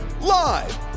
Live